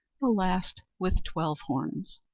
the last with twelve horns.